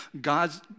God's